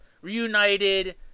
reunited